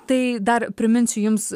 tai dar priminsiu jums